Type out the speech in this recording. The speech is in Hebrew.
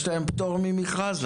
לצבא יש פטור ממכרז.